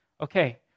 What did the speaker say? Okay